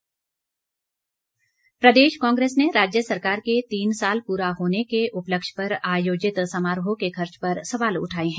कुलदीप राठौर प्रदेश कांग्रेस ने राज्य सरकार के तीन साल पूरा होने के उपलक्ष्य पर आयोजित समारोह के खर्च पर सवाल उठाए हैं